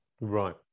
Right